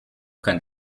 kann